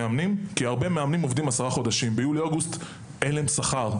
הרבה מהם עובדים עשרה חודשים וביולי-אוגוסט אין להם שכר.